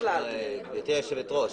גברתי היושבת-ראש,